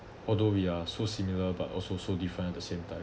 although we are so similar but also so different at the same time